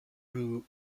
rue